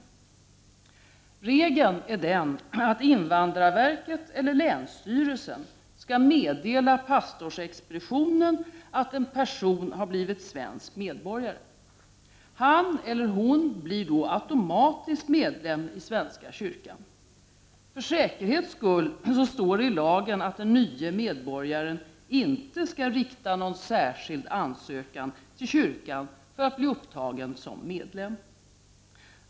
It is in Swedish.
Enligt regeln skall invandrarverket eller länsstyrelsen meddela pastorsexpeditionen att en person har blivit svensk medborgare. Han eller hon blir då automatiskt medlem i svenska kyrkan. För säkerhets skull står det i lagen att den nye medborgaren inte skall rikta någon särskild ansökan till kyrkan för att bli upptagen som medlem.